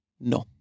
No